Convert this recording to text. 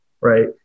right